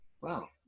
wow